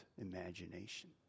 imagination